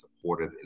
supportive